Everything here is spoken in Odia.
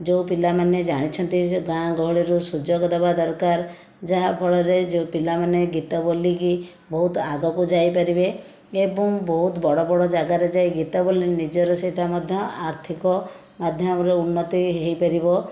ଯେଉଁ ପିଲାମାନେ ଜାଣିଛନ୍ତି ସେ ଗାଁ ଗହଳିରୁ ସୁଯୋଗ ଦେବା ଦରକାର ଯାହା ଫଳରେ ଯେଉଁ ପିଲାମାନେ ଗୀତ ବୋଲିକି ବହୁତ ଆଗକୁ ଯାଇ ପାରିବେ ଏବଂ ବହୁତ ବଡ଼ ବଡ଼ ଜାଗାରେ ଯାଇ ଗୀତ ବୋଲି ନିଜର ସେଇଟା ମଧ୍ୟ ଆର୍ଥିକ ମାଧ୍ୟମରେ ଉନ୍ନତି ହୋଇପାରିବ